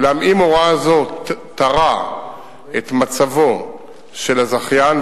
אולם אם הוראה זו תרע את מצבו של הזכיין,